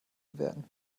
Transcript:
bewerten